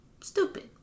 stupid